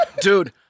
dude